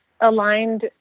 aligned